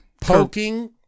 poking